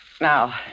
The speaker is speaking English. Now